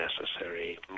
necessary